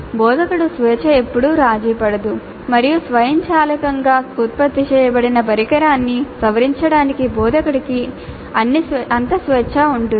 బోధకుడి స్వేచ్ఛ ఎప్పుడూ రాజీపడదు మరియు స్వయంచాలకంగా ఉత్పత్తి చేయబడిన పరికరాన్ని సవరించడానికి బోధకుడికి అన్ని స్వేచ్ఛ ఉంది